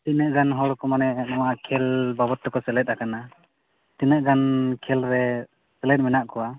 ᱛᱤᱱᱟᱹᱜ ᱜᱟᱱ ᱦᱚᱲ ᱠᱚ ᱢᱟᱱᱮ ᱱᱚᱣᱟ ᱠᱷᱮᱞ ᱵᱟᱵᱚᱫ ᱛᱮᱠᱚ ᱥᱮᱞᱮᱫ ᱟᱠᱟᱱᱟ ᱛᱤᱱᱟᱹᱜ ᱜᱟᱱ ᱠᱷᱮᱞ ᱨᱮ ᱥᱮᱞᱮᱫ ᱢᱮᱱᱟᱜ ᱠᱚᱣᱟ